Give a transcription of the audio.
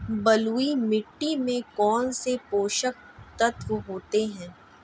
बलुई मिट्टी में कौनसे पोषक तत्व होते हैं?